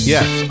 Yes